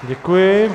Děkuji.